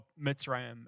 Mitzrayim